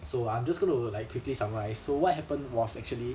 so I'm just going to like quickly summarise so what happened was actually